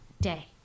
Day